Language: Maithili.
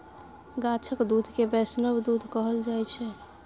गाछक दुध केँ बैष्णव दुध कहल जाइ छै